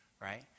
right